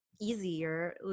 easier